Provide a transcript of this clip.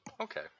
okay